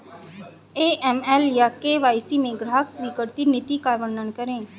AML या KYC में ग्राहक स्वीकृति नीति का वर्णन करें?